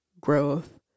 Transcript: growth